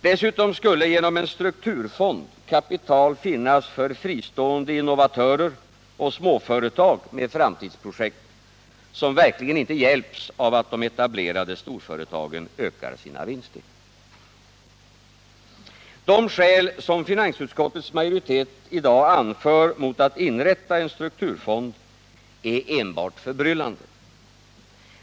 Dessutom skulle genom en strukturfond kapital finnas för fristående innovatörer och småföretag med framtidsprojekt, som verkligen inte hjälps av att de etablerade storföretagen ökar sina vinster. De skäl som finansutskottets majoritet anför mot att inrätta en strukturfond är enbart förbryllande.